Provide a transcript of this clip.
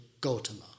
Gautama